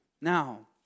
now